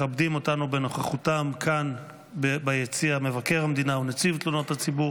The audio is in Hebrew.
מכבדים אותנו בנוכחותם כאן ביציע מבקר המדינה ונציב תלונות הציבור